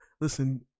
listen